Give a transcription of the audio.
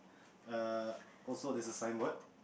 err also there's a signboard